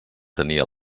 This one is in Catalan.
tenia